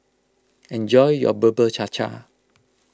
enjoy your Bubur Cha Cha